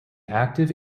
active